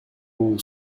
бул